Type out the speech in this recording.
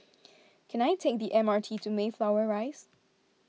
can I take the M R T to Mayflower Rise